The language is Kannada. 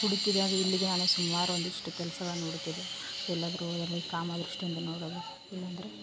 ಹುಡುಕಿದೆ ಇಲ್ಲಿಗೆ ನಾನು ಸುಮಾರು ಒಂದಿಷ್ಟು ಕೆಲ್ಸಗಳನ್ನ ಹುಡ್ಕಿದೆ ಎಲ್ಲಿ ಆದರೂ ಎಲ್ಲ ಕಾಮ ದೃಷ್ಟಿಯಿಂದ ನೋಡೋದು ಇಲ್ಲ ಅಂದರೆ